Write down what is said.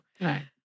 Right